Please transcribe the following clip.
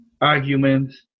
arguments